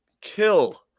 kill